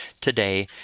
today